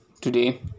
today